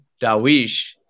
Dawish